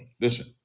listen